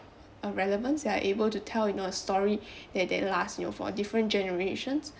uh relevance they able to tell you know a story that that last you know for different generation